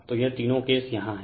तो यह तीनो केस यहाँ है